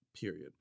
period